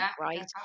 right